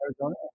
Arizona